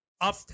Up